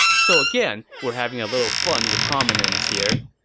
so again we're having a little fun with homonyms here,